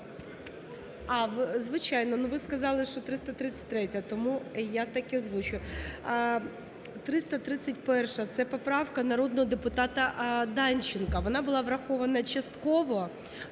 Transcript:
звичайно, ну ви сказали, що 333-я, тому я так і озвучую. 331-а, це поправка народного депутата Данченка. Вона була врахована частково